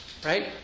Right